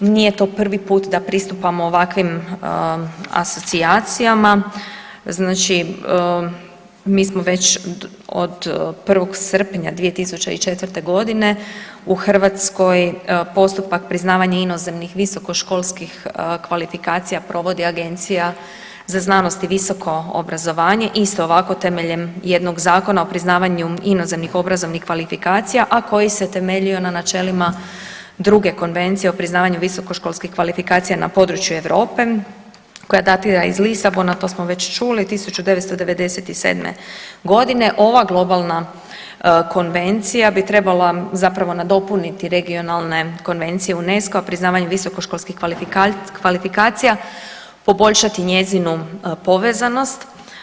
Nije to prvi put da pristupamo ovakvim asocijacijama, znači mi smo već od 1. srpnja 2004.g. u Hrvatskoj postupak priznavanja inozemnih visokoškolskih kvalifikacija provodi Agencija za znanost i visoko obrazovanje isto ovako temeljem jednog Zakona o priznavanju inozemnih obrazovnih kvalifikacija, a koji se temeljio na načelima Druge konvencije o priznavanju visokoškolskih kvalifikacija na području Europe koja datira iz Lisabona, to smo već čuli 1997.g. Ova globalna konvencija bi trebala zapravo nadopuniti regionalne konvencije UNESCO-a priznavanje visokoškolskih kvalifikacija, poboljšati njezinu povezanost.